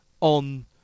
on